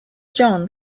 john